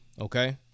okay